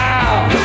out